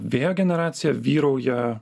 vėjo generacija vyrauja